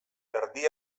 erdi